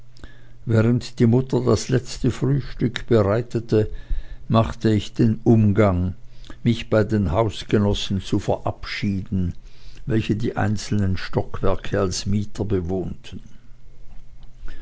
während die mutter das letzte frühstück bereitete machte ich den umgang mich bei den hausgenossen zu verabschieden welche die einzelnen stockwerke als mieter bewohnten